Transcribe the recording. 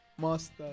master